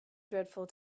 dreadful